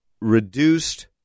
reduced